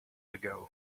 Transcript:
ago